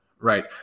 right